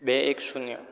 બે એક શૂન્ય